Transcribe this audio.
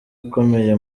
ukomeye